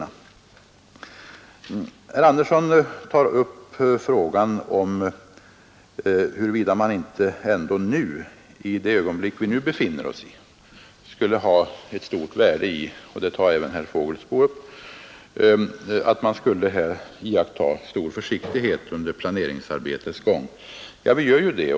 Både herr Andersson i Örebro och herr Fågelsbo tar upp frågan huruvida det ändå inte just nu skulle vara av stort värde att iaktta försiktighet under planeringsarbetets gång. Det gör vi ju.